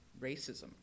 racism